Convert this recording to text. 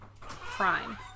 crime